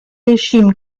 régimes